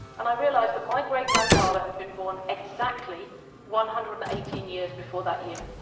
and i realized that my great-grandfather had been born exactly one hundred and eighteen years before that year,